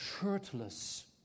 shirtless